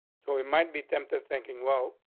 so we might be tempted thinking well,